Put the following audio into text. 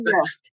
risk